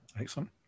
Excellent